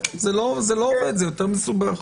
זה לא עובד, זה יותר מסובך.